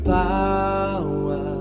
power